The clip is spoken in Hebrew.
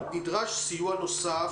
אבל הם זקוקים לסיוע נוסף,